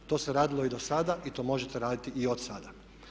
To se radilo i dosada i to možete raditi i od sada.